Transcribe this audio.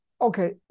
Okay